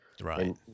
Right